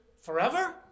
forever